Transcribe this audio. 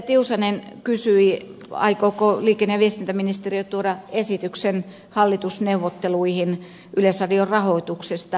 tiusanen kysyi aikooko liikenne ja viestintäministeriö tuoda esityksen hallitusneuvotteluihin yleisradion rahoituksesta